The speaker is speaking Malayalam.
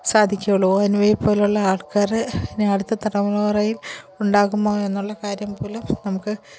സാധിക്കുകയുളളൂള്ളു ഓ എൻ വിയെപ്പോലെയുള്ള ആൾക്കാർ ഇനിയടുത്ത തലമുറയിലും ഉണ്ടാകുമോ എന്നുള്ള കാര്യംപോലും നമുക്ക്